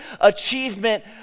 achievement